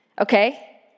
Okay